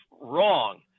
wrong